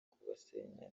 kubasenyera